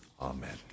Amen